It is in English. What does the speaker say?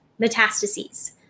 metastases